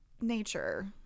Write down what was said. nature